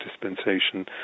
dispensation